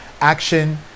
action